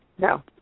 No